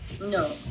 no